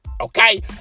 okay